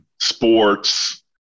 sports